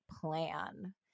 plan